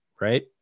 right